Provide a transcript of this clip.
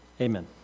Amen